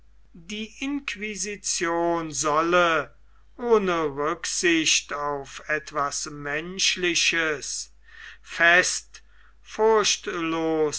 die inquisition solle ohne rücksicht auf etwas menschliches fest